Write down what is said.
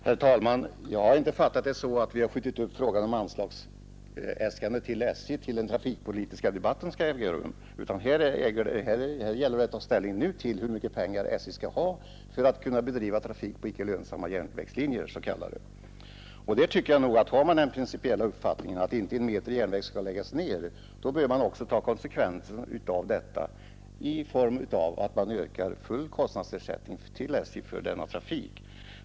Herr talman! Jag har inte fattat det så att vi skjutit upp frågan om anslagsäskandet till SJ till den trafikpolitiska debatten. Här gäller det att i dag ta ställning till hur mycket pengar SJ skall ha för att kunna bedriva trafik på s.k. icke lönsamma järnvägslinjer. Jag tycker att om man har den principiella uppfattningen att inte en meter järnväg skall läggas ned så bör man ta konsekvenserna av detta genom att yrka full kostnadsersättning till SJ för denna trafik.